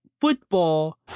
football